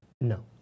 No